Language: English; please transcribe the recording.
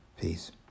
Peace